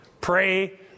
pray